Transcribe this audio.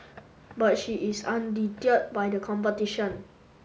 but she is undeterred by the competition